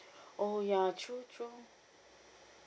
oh ya true true